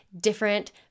different